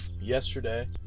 yesterday